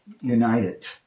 united